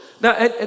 Now